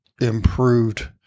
improved